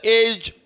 age